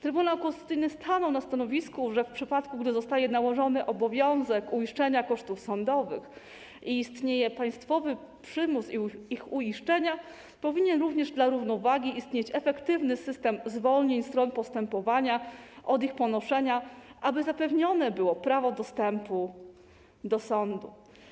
Trybunał Konstytucyjny stanął na stanowisku, że w przypadku gdy zostaje nałożony obowiązek uiszczenia kosztów sądowych i istnieje państwowy przymus ich uiszczenia, powinien również dla równowagi istnieć efektywny system zwolnień stron postępowania od ich ponoszenia, aby zapewnione było prawo dostępu do sądu.